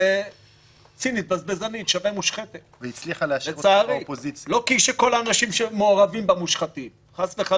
וצינית ובזבזנית שווה מושחתת לצערי -- והצליחה להשאיר אותך באופוזיציה.